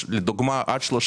לדוגמה, עד 31